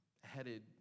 headed